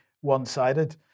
one-sided